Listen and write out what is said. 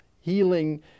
healing